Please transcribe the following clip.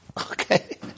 okay